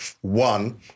One